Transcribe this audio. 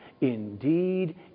Indeed